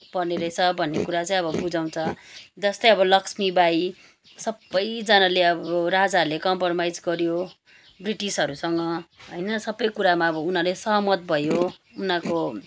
पर्ने रहेछ भन्ने कुरा चाहिँ अब बुझाउँछ जस्तै अब लक्ष्मीबाई सबैजनाले अब राजाहरूले कम्प्रमाइज गर्यो ब्रिटिसहरूसँग होइन सबै कुरामा अब उनीहरूले सहमत भयो उनीहरूको